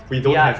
ya